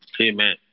Amen